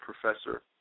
Professor